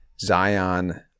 Zion